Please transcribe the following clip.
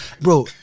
bro